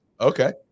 Okay